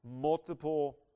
multiple